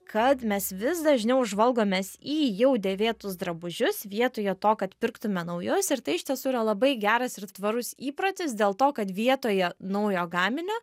kad mes vis dažniau žvalgomės į jau dėvėtus drabužius vietoje to kad pirktume naujus ir tai iš tiesų yra labai geras ir tvarus įprotis dėl to kad vietoje naujo gaminio